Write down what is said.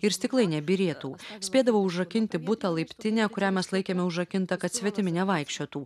ir stiklai nebyrėtų spėdavau užrakinti butą laiptinę kurią mes laikėme užrakintą kad svetimi nevaikščiotų